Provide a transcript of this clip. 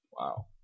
Wow